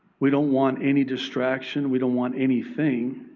we don't want any distraction. we don't want anything